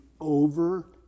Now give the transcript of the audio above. over